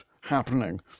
happening